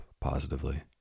positively